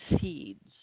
seeds